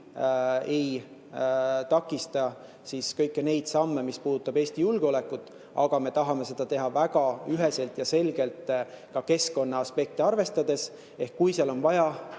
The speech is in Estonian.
ei takista neid samme, mis puudutavad Eesti julgeolekut, aga me tahame seda teha väga üheselt ja selgelt ka keskkonnaaspekte arvestades. Ehk kui on vaja